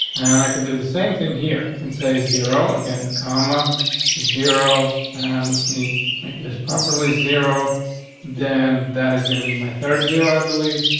and i could do the same thing here. i can say zero again, comma zero on. and let me make this properly zero than that is gonna be my third zero, i believe.